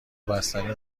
بستنی